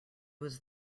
was